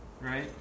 right